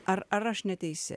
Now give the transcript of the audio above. ar ar aš neteisi